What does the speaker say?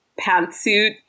pantsuit